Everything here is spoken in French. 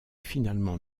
finalement